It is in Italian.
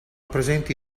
presenti